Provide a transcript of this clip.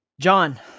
John